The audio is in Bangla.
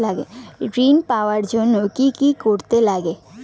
ঋণ পাওয়ার জন্য কি কি করতে লাগে?